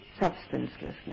substancelessness